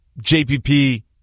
JPP